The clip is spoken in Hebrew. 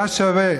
היה שווה,